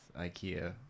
IKEA